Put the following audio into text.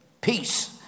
peace